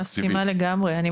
אני מסכימה לגמרי.